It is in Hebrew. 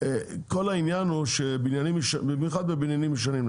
כל העניין הוא שבמיוחד בבניינים ישנים,